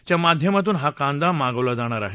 च्या माध्यमातून हा कांदा मागवला जाणार आहे